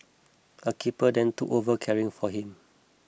a keeper then took over caring for him